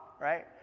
Right